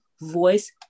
voice